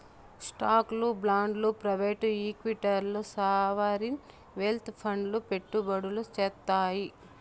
స్టాక్లు, బాండ్లు ప్రైవేట్ ఈక్విటీల్ల సావరీన్ వెల్త్ ఫండ్లు పెట్టుబడులు సేత్తాయి